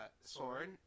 sword